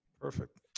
Perfect